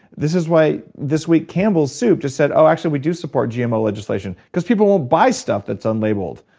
this is why, this week, campbell's soup just said, oh, actually we do support gmo legislation, because people won't buy stuff that's unlabeled.